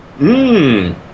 Mmm